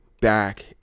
back